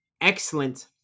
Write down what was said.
excellent